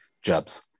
jobs